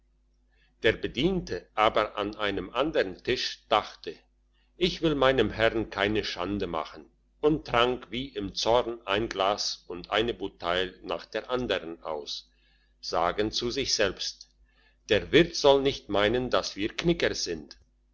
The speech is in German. der bediente aber an einem andern tisch dachte ich will meinem herrn keine schande machen und trank wie im zorn ein glas und eine bouteille nach der andern aus sagend zu sich selbst der wirt soll nicht meinen dass wir knicker sind